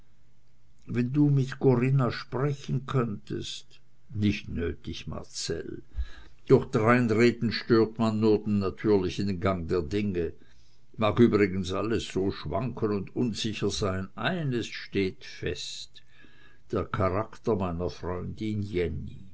wenn du mit corinna sprechen könntest nicht nötig marcell durch dreinreden stört man nur den natürlichen gang der dinge mag übrigens alles schwanken und unsicher sein eines steht fest der charakter meiner freundin jenny